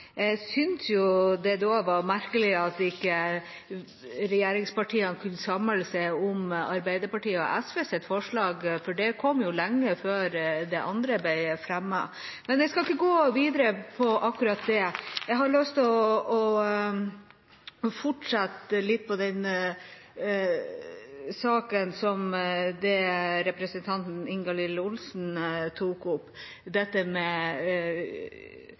Jeg synes det da er merkelig at ikke regjeringspartiene kunne samle seg om Arbeiderpartiet og SVs forslag, for det kom lenge før det andre ble fremmet. Jeg skal ikke gå videre på akkurat det. Jeg har lyst til å fortsette litt på saken som representanten Ingalill Olsen tok opp,